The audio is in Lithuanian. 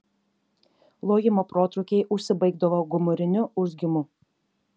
lojimo protrūkiai užsibaigdavo gomuriniu urzgimu